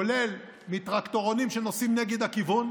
כולל מטרקטורונים שנוסעים נגד הכיוון.